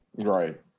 Right